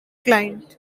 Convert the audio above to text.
client